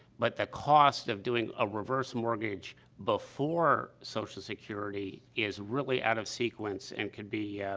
but the cost of doing a reverse mortgage before social security is really out of sequence and can be,